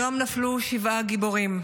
היום נפלו שבעה גיבורים.